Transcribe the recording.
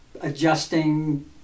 adjusting